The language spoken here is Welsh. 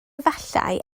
efallai